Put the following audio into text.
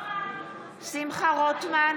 שמחה רוטמן,